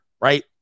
right